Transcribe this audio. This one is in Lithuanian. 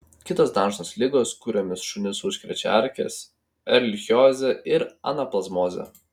kitos dažnos ligos kuriomis šunis užkrečia erkės erlichiozė ir anaplazmozė